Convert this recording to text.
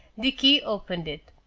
the key opened it.